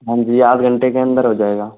हाँ जी आध घंटे के अंदर हो जाएगा